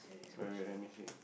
wait wait wait let me see it